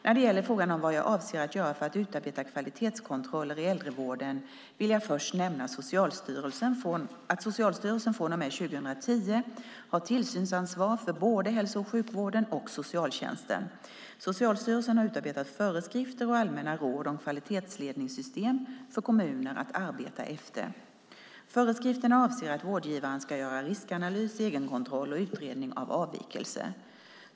När det gäller frågan vad jag avser att göra för att utarbeta kvalitetskontroller i äldrevården vill jag först nämna att Socialstyrelsen från och med 2010 har tillsynsansvar för både hälso och sjukvården och socialtjänsten. Socialstyrelsen har utarbetat föreskrifter och allmänna råd om kvalitetsledningssystem för kommunerna att arbeta efter. Föreskrifterna avser att vårdgivaren ska göra riskanalys, egenkontroll och utredning av avvikelser.